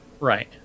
Right